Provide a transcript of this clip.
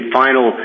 final